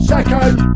Second